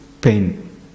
pain